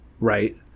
Right